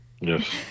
Yes